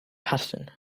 pattern